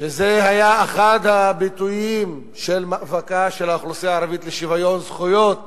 שהיה אחד הביטויים של מאבקה של האוכלוסייה הערבית לשוויון זכויות